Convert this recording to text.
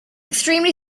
extremely